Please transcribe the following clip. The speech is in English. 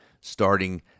starting